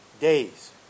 days